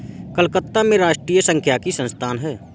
कलकत्ता में राष्ट्रीय सांख्यिकी संस्थान है